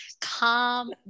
calm